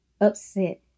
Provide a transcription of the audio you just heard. upset